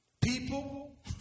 people